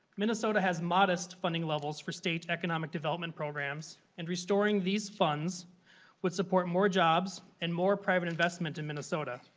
minnesota has modest funding levels for state economic development programs and restoring these funds would support more jobs and more private investment in minnesota.